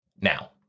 Now